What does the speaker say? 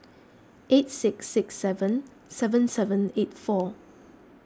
eight six six seven seven seven eight four